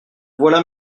voilà